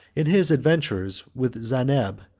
in his adventures with zeineb,